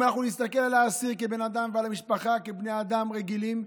אם אנחנו נסתכל על האסיר כבן אדם ועל המשפחה כבני אדם רגילים,